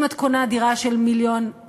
אם את קונה דירה של 1.7 מיליון,